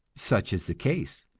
such is the case.